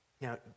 Now